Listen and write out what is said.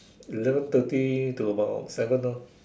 eleven thirty to about seven hor